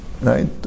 Right